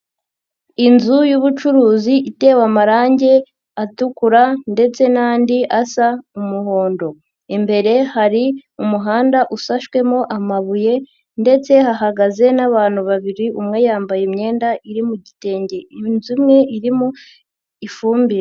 Inzu y'ubucuruzi itewe amarangi, atukura ndetse n'andi asa umuhondo. Imbere hari umuhanda usashwemo amabuye ndetse hahagaze n'abantu babiri, umwe yambaye imyenda iri mu gitenge, inzu imwe irimo ifumbire.